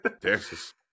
Texas